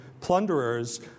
plunderers